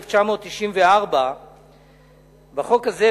התשנ"ד 1994. בחוק הזה,